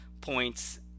points